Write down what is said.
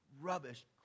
rubbish